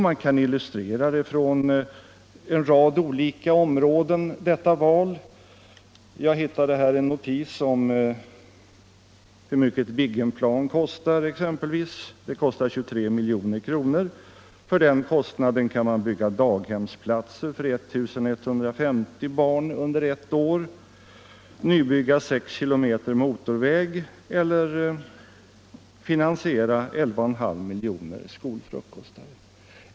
Man kan illustrera detta val på en rad områden. Jag hittade exempelvis en notis om hur mycket ett Viggenplan kostar, nämligen 23 milj.kr. För den kostnaden kan vi bygga daghemsplatser för I 150 barn under ett år, nybygga 6 km motorväg eller finansiera 11,5 miljoner skolfrukostar.